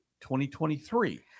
2023